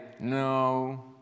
no